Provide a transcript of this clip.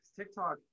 tiktok